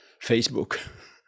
Facebook